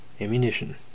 ammunition